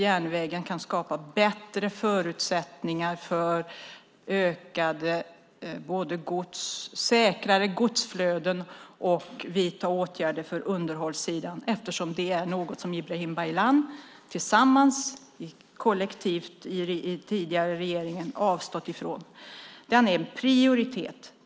Järnvägen kan skapa bättre förutsättningar för säkrare godsflöden, och man kan vidta åtgärder för underhållssidan. Det är någonting som Ibrahim Baylan kollektivt tillsammans i den tidigare regeringen avstått från. Det är en prioritet.